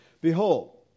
Behold